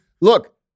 look